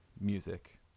music